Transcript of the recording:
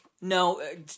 No